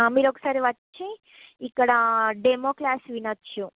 మీరు ఒకసారి వచ్చి ఇక్కడ డెమో క్లాసు వినొచ్చు